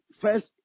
first